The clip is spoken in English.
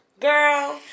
Girl